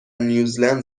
نیوزلند